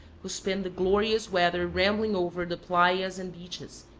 who spend the glorious weather rambling over the plaias and beaches,